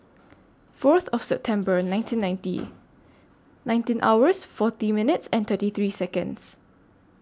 Fourth of September nineteen ninety nineteen hours forty minutes and thirty three Seconds